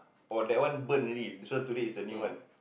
oh that one burn already this one today is a new one